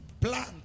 Plan